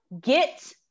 Get